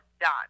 done